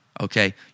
okay